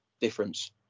difference